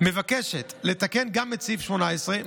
מבקשת לתקן גם את סעיף 18,